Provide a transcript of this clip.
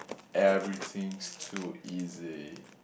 everything's too easy